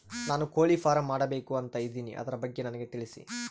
ನಾನು ಕೋಳಿ ಫಾರಂ ಮಾಡಬೇಕು ಅಂತ ಇದಿನಿ ಅದರ ಬಗ್ಗೆ ನನಗೆ ತಿಳಿಸಿ?